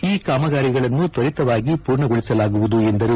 ಈ ಕಾಮಗಾರಿಗಳನ್ನು ತ್ವರಿತವಾಗಿ ಪೂರ್ಣಗೊಳಸಲಾಗುವುದು ಎಂದರು